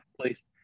please